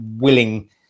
Willing